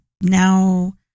now